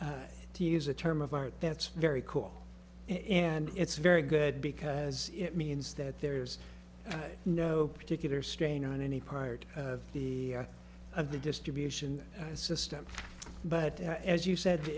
to use a term of art that's very cool and it's very good because it means that there's no particular strain on any part of the of the distribution system but as you said the